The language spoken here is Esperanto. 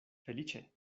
feliĉe